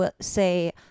say